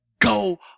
go